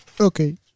Okay